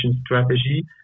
strategy